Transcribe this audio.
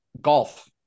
golf